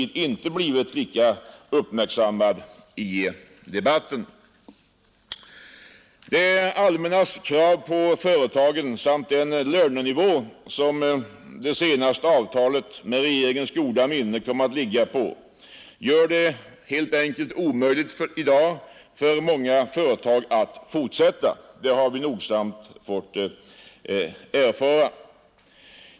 Det allmännas krav på företagen samt den lönenivå som det senaste avtalet, med regeringens goda minne, kom att ligga på gör det helt enkelt omöjligt för många företagare att fortsätta sin verksamhet. Det har vi nogsamt fått erfara.